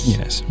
Yes